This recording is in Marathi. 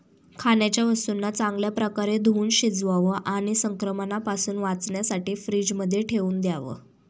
खाण्याच्या वस्तूंना चांगल्या प्रकारे धुवुन शिजवावं आणि संक्रमणापासून वाचण्यासाठी फ्रीजमध्ये ठेवून द्याव